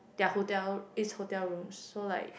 their hotel is hotel rooms so like